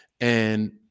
and-